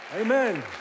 Amen